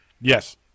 Yes